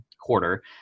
quarter